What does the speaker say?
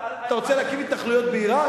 ההבדל, אתה רוצה להקים התנחלויות באירן?